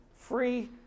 free